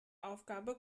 aufgabe